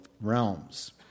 realms